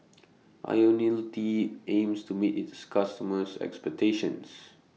Ionil T aims to meet its customers' expectations